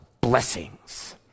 blessings